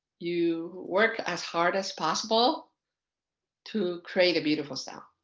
you work as hard as possible to create a beautiful sound.